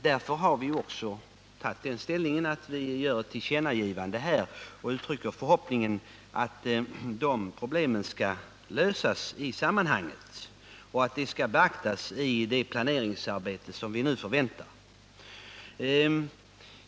Därför har vi också beslutat att göra ett tillkännagivande och uttrycka förhoppningen att dessa problem skall kunna lösas i sammanhanget och beaktas i planeringsarbetet.